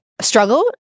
struggle